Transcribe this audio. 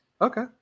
Okay